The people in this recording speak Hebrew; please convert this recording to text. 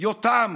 ליותם